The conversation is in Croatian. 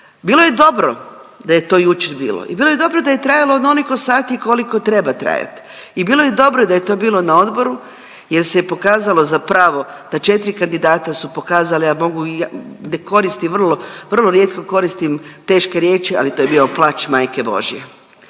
bilo je dobro da je to jučer bilo i bilo je dobro da je trajalo onoliko sati koliko treba trajati i bilo je dobro da je to bilo na odboru jer se je pokazalo zapravo da 4 kandidata su pokazali, a mogu, ne koristim vrlo, vrlo rijetko koristim teške riječi, ali to je bio plač majke božje.